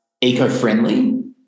eco-friendly